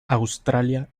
australia